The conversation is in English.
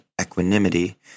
equanimity